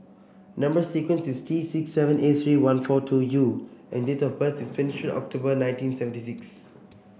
number sequence is T six seven eight three one four two U and date of birth is twenty third October nineteen seventy six